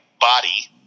body